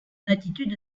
attitude